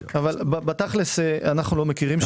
בתכל'ס אנו לא מכירים.